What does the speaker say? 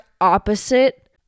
opposite